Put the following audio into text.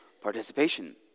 participation